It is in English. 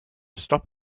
stop